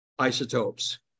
isotopes